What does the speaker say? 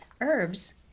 herbs